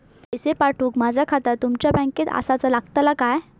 पैसे पाठुक माझा खाता तुमच्या बँकेत आसाचा लागताला काय?